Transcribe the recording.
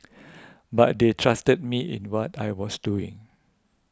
but they trusted me in what I was doing